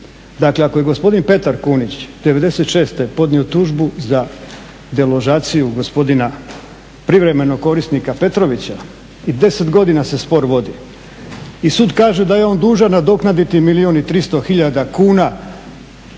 Dakle, ako je gospodin Petar Kunić 96. podnio tužbu za deložaciju gospodina, privremenog korisnika Petrovića, i 10 godina se spor vodi, i sud kaže da je on dužan nadoknaditi milijun i tristo tisuća kuna,